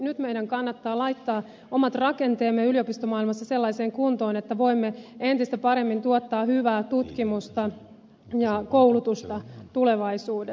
nyt meidän kannattaa laittaa omat rakenteemme yliopistomaailmassa sellaiseen kuntoon että voimme entistä paremmin tuottaa hyvää tutkimusta ja koulutusta tulevaisuudessa